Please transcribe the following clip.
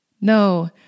No